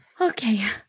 Okay